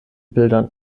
bildern